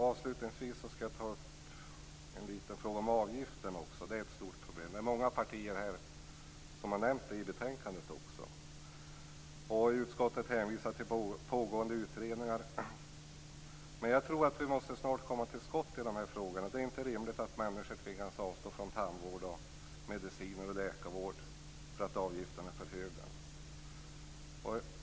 Avslutningsvis vill jag ta upp en liten fråga om avgifter. Det är ett stort problem. Många partier har nämnt det i betänkandet också. Utskottet hänvisar till pågående utredningar. Men vi måste snart komma till skott i frågorna. Det är inte rimligt att människor tvingas avstå från tandvård, mediciner och läkarvård för att avgifterna är för höga.